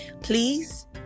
Please